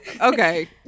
okay